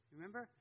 Remember